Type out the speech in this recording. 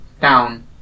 Down